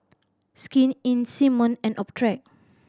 Skin Inc Simmon and Optrex